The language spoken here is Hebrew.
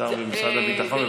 השר במשרד הביטחון.